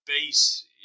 base